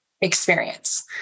experience